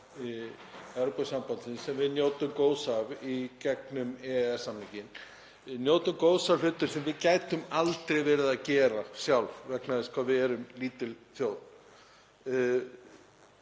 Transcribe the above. sem við njótum góðs af í gegnum EES-samninginn. Við njótum góðs af hlutum sem við gætum aldrei verið að gera sjálf vegna þess hvað við erum lítil þjóð.